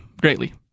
greatly